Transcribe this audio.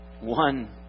One